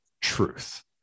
truth